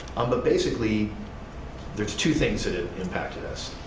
um but basically there's two things that ah impacted us.